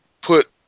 put